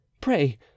pray